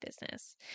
business